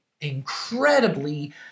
incredibly